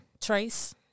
Trace